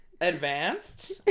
advanced